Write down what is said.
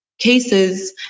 cases